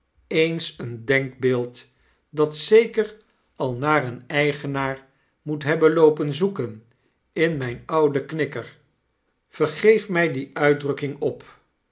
eens een denkbeeld dat zeker al naar een eigenaar moet hebben loopen zoeken in myn ouden knikker vergeef mij die uitdrukking op